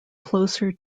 closer